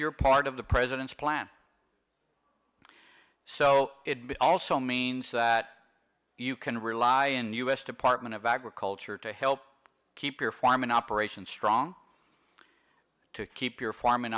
you're part of the president's plan so it also means that you can rely in the u s department of agriculture to help keep your farm in operation strong to keep your farming